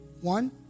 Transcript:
One